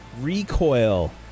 recoil